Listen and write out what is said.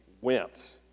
went